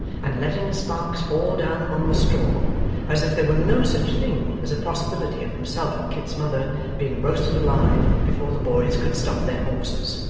and letting the sparks fall down among the straw as if there were no such thing as a possibility of himself and kit's mother being roasted alive before the boys could stop their horses.